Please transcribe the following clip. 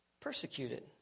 persecuted